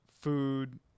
food